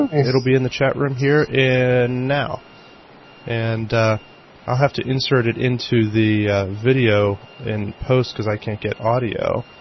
um and it it will be in the chat room here in now and i have to insert it into the video and post coz i can't get audio.